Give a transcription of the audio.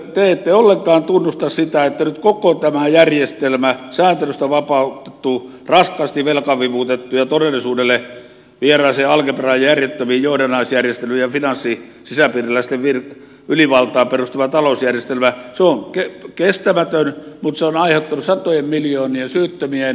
te ette ollenkaan tunnusta sitä että nyt koko tämä järjestelmä sääntelystä vapautettu raskaasti velkavivutettu ja todellisuudelle vieraaseen algebraan järjettömiin johdannaisjärjestelyihin ja finanssisisäpiiriläisten ylivaltaan perustuva talousjärjestelmä on kestämätön ja se on aiheuttanut satojen miljoonien syyttömien ongelmat